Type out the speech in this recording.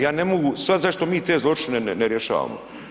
Ja ne mogu shvatiti zašto mi te zločine ne rješavamo.